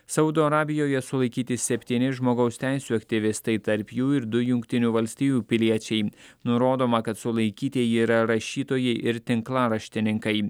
saudo arabijoje sulaikyti septyni žmogaus teisių aktyvistai tarp jų ir du jungtinių valstijų piliečiai nurodoma kad sulaikytieji yra rašytojai ir tinklaraštininkai